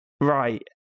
right